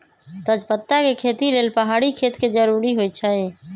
तजपत्ता के खेती लेल पहाड़ी खेत के जरूरी होइ छै